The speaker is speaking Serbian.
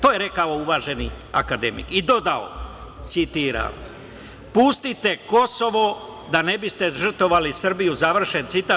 To je rekao uvaženi akademik i dodao, citiram: „Pustite Kosovo da ne biste žrtvovali Srbiju“ završen citat.